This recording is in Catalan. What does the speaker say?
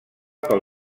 pel